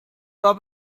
war